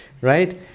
right